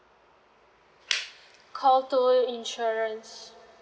call two insurance